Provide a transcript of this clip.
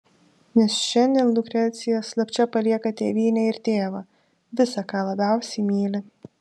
nes šiandien lukrecija slapčia palieka tėvynę ir tėvą visa ką labiausiai myli